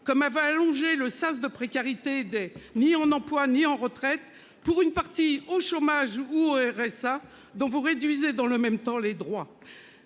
comme va allonger le sas de précarité des ni en emploi, ni en retraite pour une partie au chômage ou au RSA dont vous réduisez dans le même temps les droits.